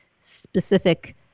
specific